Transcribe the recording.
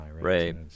Right